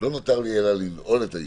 לא נותר לי אלא לנעול את הישיבה.